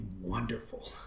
wonderful